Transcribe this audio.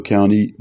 County